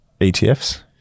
ETFs